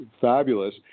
fabulous